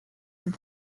that